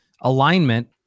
alignment